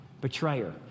betrayer